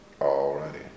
Already